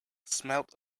smelt